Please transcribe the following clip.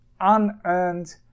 unearned